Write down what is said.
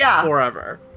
forever